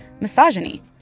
misogyny